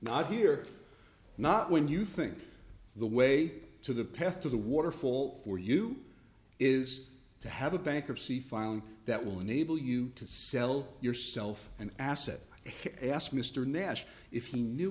not here not when you think the way to the path to the waterfall for you is to have a bankruptcy filing that will enable you to sell yourself an asset ask mr nash if he knew